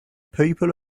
people